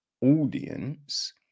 audience